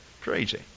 crazy